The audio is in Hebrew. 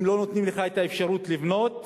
אם לא נותנים לך אפשרות לבנות,